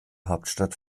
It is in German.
hauptstadt